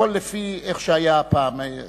הכול לפי איך שהיה הפעם.